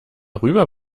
rüber